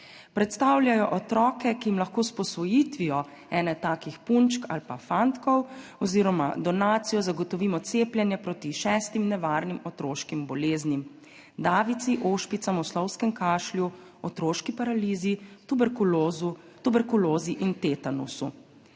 Predstavljajo otroke, ki jim lahko s posvojitvijo ene takih punčk ali fantkov oziroma donacijo zagotovimo cepljenje proti šestim nevarnim otroškim boleznim: davici, ošpicam, oslovskemu kašlju, otroški paralizi, tuberkulozi in tetanusu.